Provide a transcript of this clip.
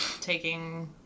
taking